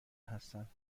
هستند